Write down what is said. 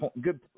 good